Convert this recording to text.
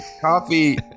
coffee